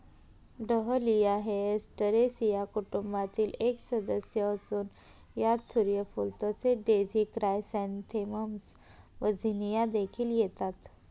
dahlia हे Asteraceae कुटुंबातील एक सदस्य असून यात सूर्यफूल तसेच डेझी क्रायसॅन्थेमम्स व झिनिया देखील येतात